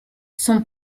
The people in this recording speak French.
son